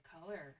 color